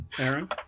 Aaron